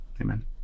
amen